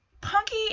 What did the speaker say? Punky